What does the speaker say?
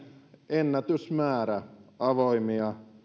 ennätysmäärä avoimia